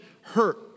hurt